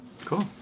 Cool